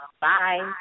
bye